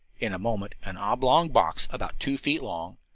in a moment an oblong box, about two feet long,